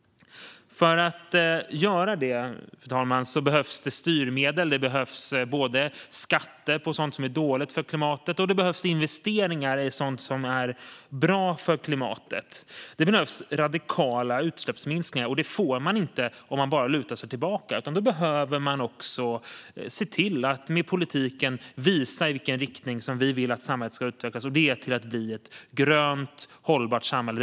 För att lyckas med detta krävs styrmedel såsom skatter för sådant som är dåligt för klimatet och investeringar i sådant som är bra för klimatet. Det behövs radikala utsläppsminskningar, och det får vi inte om vi bara lutar oss tillbaka. Med politiken behöver vi visa i vilken riktning vi vill att samhället ska utvecklas, och det är till ett grönt, hållbart samhälle.